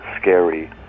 scary